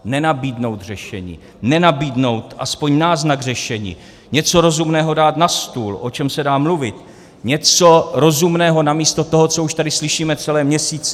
Nenabídnout řešení, nenabídnout aspoň náznak řešení, něco rozumného dát na stůl, o čem se dá mluvit, něco rozumného namísto toho, co už tady slyšíme celé měsíce.